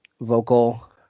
vocal